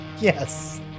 Yes